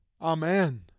Amen